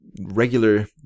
regular